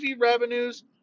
revenues